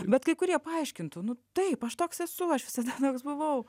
bet kai kurie paaiškintų nu taip aš toks esu aš visada toks buvau